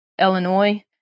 Illinois